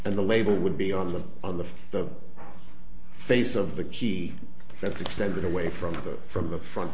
and the label would be on the on the face of the key that's extended away from them from the front